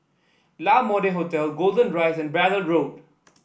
La Mode Hotel Golden Rise and Braddell Road